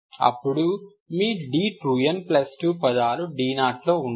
అప్పుడు మీ d2n2 పదాలు d0 లో ఉంటాయి